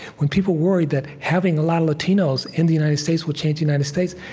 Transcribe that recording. when people worry that having a lot of latinos in the united states will change the united states,